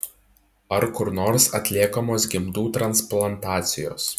ar kur nors atliekamos gimdų transplantacijos